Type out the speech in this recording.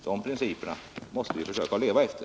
De principerna måste vi försöka leva efter.